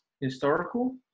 historical